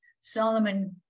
Solomon